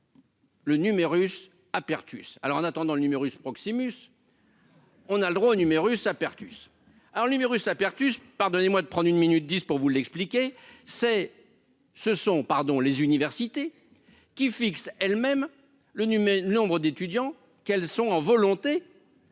Le numerus apertus alors en attendant le numerus Proximus. On a le droit au numerus apertus alors le numerus apertus pardonnez-moi de prendre une minute 10 pour vous l'expliquer, c'est ce sont pardon les universités qui fixent elles-mêmes le numéro nombres d'étudiants quels sont en volonté.